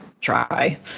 Try